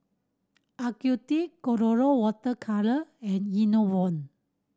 Ocuvite Colora Water Colour and Enervon